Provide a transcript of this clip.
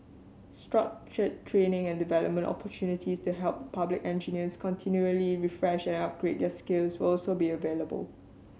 structured training and development opportunities to help public engineers continually refresh and upgrade their skills will also be available